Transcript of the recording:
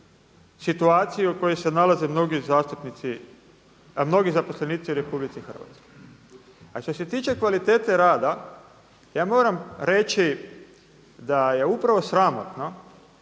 situaciji u kojoj se nalaze mnogi zaposlenici u RH. A što se tiče kvalitete rada, ja moram reći da je upravo sramotno